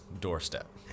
doorstep